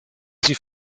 sie